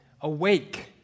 awake